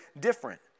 different